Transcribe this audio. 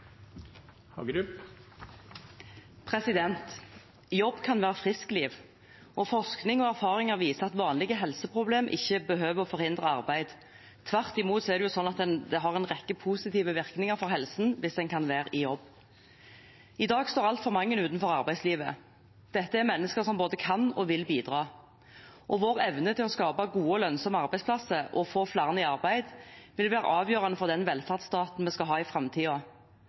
Jobb kan være friskliv, og forskning og erfaringer viser at vanlige helseproblemer ikke behøver å forhindre arbeid. Tvert imot er det sånn at det har en rekke positive virkninger for helsen hvis en kan være i jobb. I dag står altfor mange utenfor arbeidslivet. Dette er mennesker som både kan og vil bidra. Vår evne til å skape gode og lønnsomme arbeidsplasser og få flere i arbeid vil være avgjørende for den velferdsstaten vi skal ha i